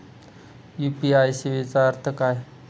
UPI सेवेचा अर्थ काय?